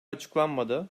açıklanmadı